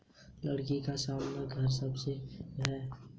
लकड़ी का सामान सबके घर में रहता है